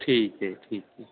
ਠੀਕ ਹੈ ਠੀਕ ਹੈ